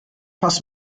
passt